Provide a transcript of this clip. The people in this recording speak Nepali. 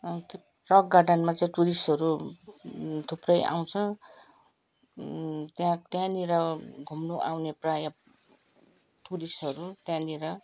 त्यो रक गार्डनमा चाहिँ टुरिस्टहरू थुप्रै आउँछ त्यहाँ त्यहाँनिर घुम्नु आउने प्रायः टुरिस्टहरू त्यहाँनिर